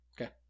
Okay